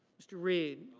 mr. reed.